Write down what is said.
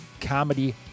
Comedy